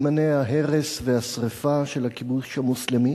סימני ההרס והשרפה של הכיבוש המוסלמי.